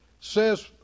says